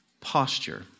posture